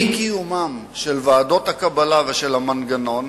אי-קיום ועדות הקבלה והמנגנון